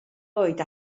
oed